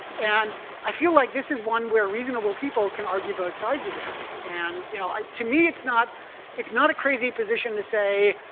and i feel like this is one where reasonable people can argue both sides of this. and you know to me, it's not it's not a crazy position to say,